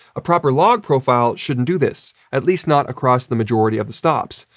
a proper log profile shouldn't do this. at least not across the majority of the stops.